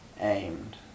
aimed